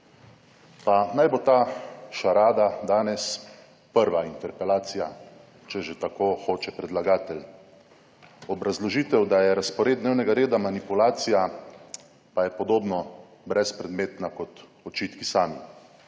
Pa naj bo ta šarada danes prva interpelacija, če že tako hoče predlagatelj. Obrazložitev, da je razpored dnevnega reda manipulacija, pa je podobno brezpredmetna kot očitki sami.